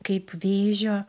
kaip vėžio